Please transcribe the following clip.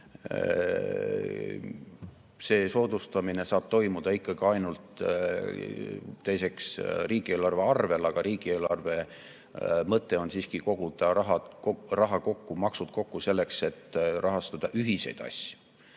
See soodustamine saab toimuda ikkagi ainult riigieelarve arvel, aga riigieelarve mõte on siiski koguda raha kokku, maksud kokku selleks, et rahastada ühiseid asju,